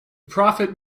prophet